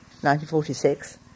1946